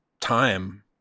time